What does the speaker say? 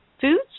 foods